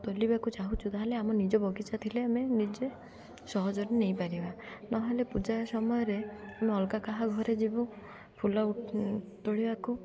ତୋଳିବାକୁ ଚାହୁଁଛୁ ତାହେଲେ ଆମ ନିଜ ବଗିଚା ଥିଲେ ଆମେ ନିଜେ ସହଜରେ ନେଇପାରିବା ନହେଲେ ପୂଜା ସମୟରେ ଆମେ ଅଲଗା କାହା ଘରେ ଯିବୁ ଫୁଲ ତୋଳିବାକୁ